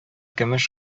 көмеш